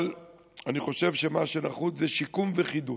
אבל אני חושב שמה שנחוץ זה שיקום וחידוש,